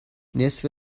نصف